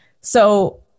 So-